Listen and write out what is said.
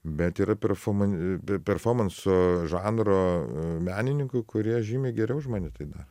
bet yra performan performanso žanro menininkų kurie žymiai geriau už mane tai daro